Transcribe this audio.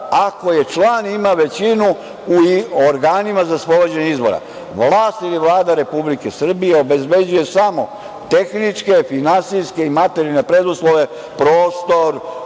ako je član i ima većinu u organima za sprovođenje izbora. Vlast ili Vlada Republike Srbije obezbeđuje samo tehničke, finansijske i materijalne preduslove, prostor,